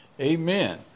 amen